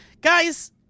guys